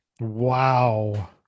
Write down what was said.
Wow